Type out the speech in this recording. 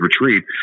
retreat